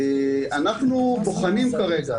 אנחנו בוחנים כרגע,